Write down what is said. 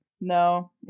no